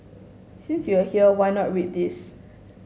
since you are here why not read this